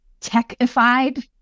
techified